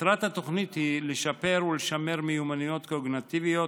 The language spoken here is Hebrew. מטרת התוכנית היא לשפר ולשמר מיומנויות קוגניטיביות,